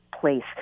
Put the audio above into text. place